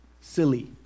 silly